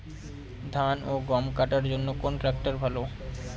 ধান ও গম কাটার জন্য কোন ট্র্যাক্টর ভালো?